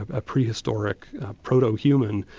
a prehistoric proto human,